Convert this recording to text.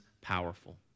powerful